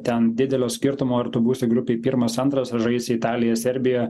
ten didelio skirtumo ar tu būsi grupėj pirmas antras ar žaisi italija serbija